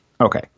okay